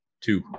two